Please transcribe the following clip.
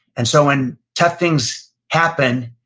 and so, when tough things happen,